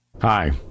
Hi